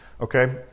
Okay